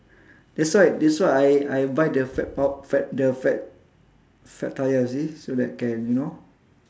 that's why that's why I I buy the fat the fat the fat fat tyre you see so that can you know